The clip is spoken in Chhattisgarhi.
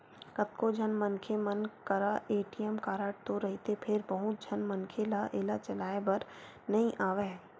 कतको झन मनखे मन करा ए.टी.एम कारड तो रहिथे फेर बहुत झन मनखे ल एला चलाए बर नइ आवय